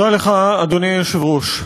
תודה לך, אדוני היושב-ראש.